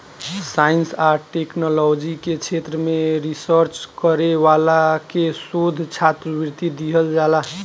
science आ technology के क्षेत्र में रिसर्च करे वाला के शोध छात्रवृत्ति दीहल जाला